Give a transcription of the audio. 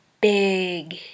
big